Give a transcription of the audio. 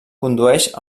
condueix